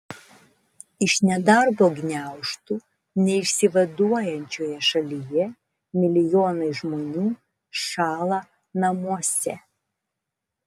iš nedarbo gniaužtų neišsivaduojančioje šalyje milijonai žmonių šąla namuose